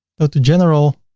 go to general